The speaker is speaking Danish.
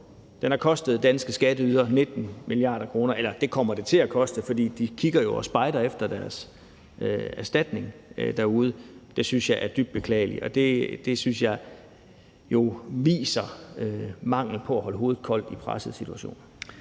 Den har kostet danske skatteydere 19 mia. kr. – eller det kommer den til at koste, for de kigger jo og spejder efter deres erstatning derude. Det synes jeg er dybt beklageligt, og det synes jeg jo viser mangel på evne til at holde hovedet koldt i pressede situationer.